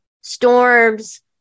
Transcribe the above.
storms